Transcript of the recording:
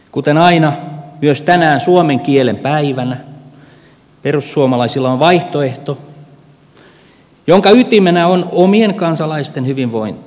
kuten aina myös tänään suomen kielen päivänä perussuomalaisilla on vaihtoehto jonka ytimenä on omien kansalaisten hyvinvointi